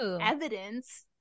evidence